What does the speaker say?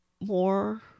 more